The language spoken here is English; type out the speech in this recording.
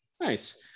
nice